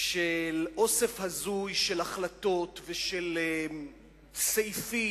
אוסף הזוי של החלטות ושל סעיפים,